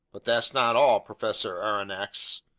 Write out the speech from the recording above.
but that's not all, professor aronnax,